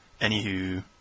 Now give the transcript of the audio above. anywho